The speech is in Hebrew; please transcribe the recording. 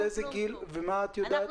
ומה אתם אומרים?